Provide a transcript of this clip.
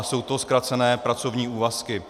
Jsou to zkrácené pracovní úvazky.